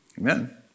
Amen